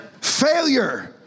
failure